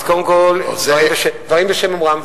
אז, קודם כול, דברים בשם אומרם.